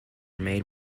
made